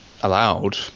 allowed